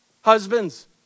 husbands